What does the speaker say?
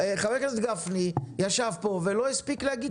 הכנסת גפני ישב פה ועוד לא הספיק להגיד כלום.